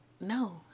no